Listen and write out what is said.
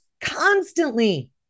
constantly